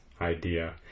idea